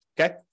Okay